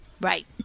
Right